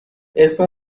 اسم